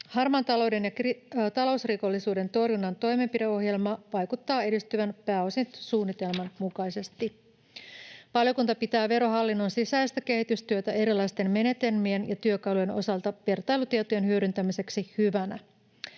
Harmaan talouden ja talousrikollisuuden torjunnan toimenpideohjelma vaikuttaa edistyvän pääosin suunnitelman mukaisesti. Valiokunta pitää Verohallinnon sisäistä kehitystyötä erilaisten menetelmien ja työkalujen osalta vertailutietojen hyödyntämiseksi hyvänä.